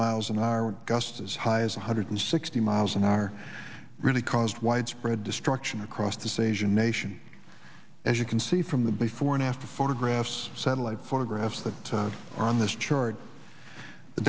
miles an hour gusts as high as one hundred sixty miles an hour really caused widespread destruction across the sejour nation as you can see from the before and after photographs satellite photographs that are on this chart the